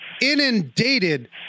inundated